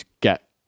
get